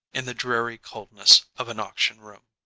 in the dreary cold ness of an auction room.